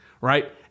Right